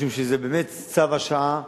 משום שזה באמת צו השעה.